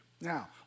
Now